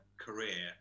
career